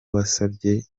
wasabye